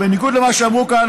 בניגוד למה שאמרו כאן,